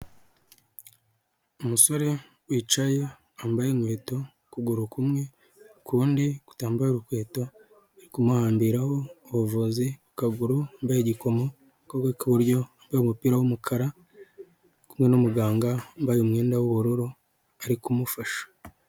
Umusore wicaye, wambaye inkweto ukuguru kumwe, ukundi kutambaye urukweto, bari kumuhambiraho ubuvuzi ku kaguru, wambaye igikomo ku kaboko k'iburyo, wambaye umupira w'umukara, ari kumwe n'umuganga wambaye umwenda w'ubururu ari kumufasha.